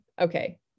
okay